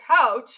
couch